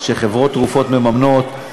שחברות תרופות מממנות,